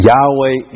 Yahweh